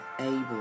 able